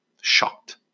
shocked